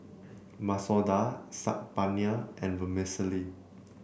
Masoor Dal Saag Paneer and Vermicelli